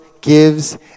gives